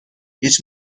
هیچ